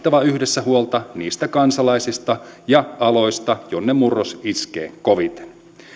kannettava yhdessä huolta niistä kansalaisista ja aloista joihin murros iskee koviten